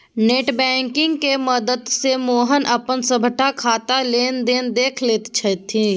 net बैंकिंगक मददिसँ मोहन अपन सभटा खाताक लेन देन देखि लैत छथि